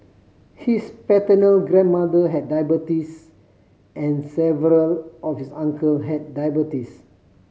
his paternal grandmother had diabetes and several of his uncle had diabetes